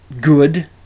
good